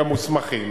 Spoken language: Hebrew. גם מוסמכים,